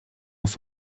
auf